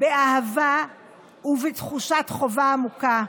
באהבה ובתחושת חובה עמוקה.